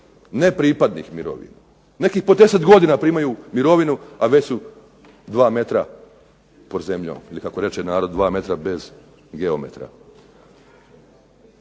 nepripadnih. Neki pod 10 godina primaju mirovinu a već su 2m pod zemljom, ili kako reče narod već 2m bez geometra.